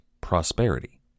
prosperity